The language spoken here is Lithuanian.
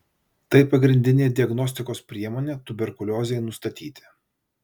tai pagrindinė diagnostikos priemonė tuberkuliozei nustatyti